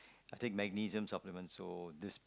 I take magnesium supplements so this